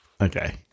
Okay